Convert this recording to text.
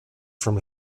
from